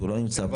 שלא נמצא פה,